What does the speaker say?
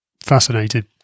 fascinating